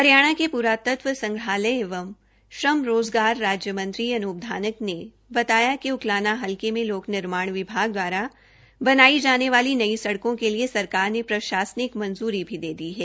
हरियाणा के प्रातत्व संग्रहालय एवं श्रम रोज़गार राज्य मंत्री अनूप धानक ने यह जानकारी देते हये बताया कि उकलाना हलके में लोक निर्माण विभाग पुल एवं सड़के द्वारा बनायी जाने वाली नई सड़कों के लिए सरकार ने प्रशासनिक मंजूरी भी दे दी है